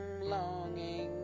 longing